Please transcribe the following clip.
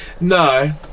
No